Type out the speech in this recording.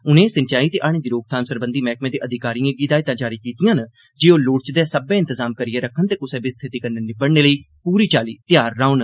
उनें सिंचाई ते हाडें दी रोकथाम सरबंधी मैहकमे दे अधिकारिए गी हिदायतां जारी कीतियां न जे ओ लोड़चदे सब्बै इंतजाम करियै रक्खन ते कुसै बी स्थिति कन्नै निबडने लेई पूरी चाल्ली त्यार रौहन